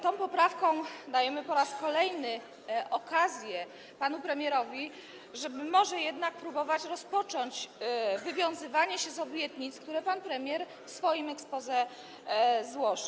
Tą poprawką dajemy po raz kolejny okazję panu premierowi, żeby może jednak próbował rozpocząć wywiązywanie się z obietnic, które złożył w swoim exposé.